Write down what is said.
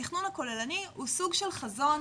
התכנון הכוללני הוא סוג של חזון,